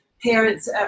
Parents